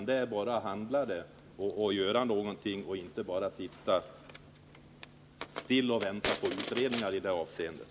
Det är bara att handla och göra något, inte bara sitta stilla och vänta på utredningar i det avseendet.